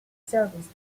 service